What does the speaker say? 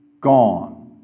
gone